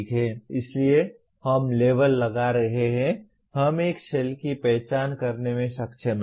इसलिए हम लेबल लगा रहे हैं हम एक सेल की पहचान करने में सक्षम हैं